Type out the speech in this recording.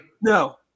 No